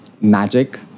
magic